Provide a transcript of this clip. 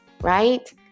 right